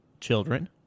children